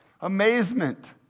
Amazement